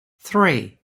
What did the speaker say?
three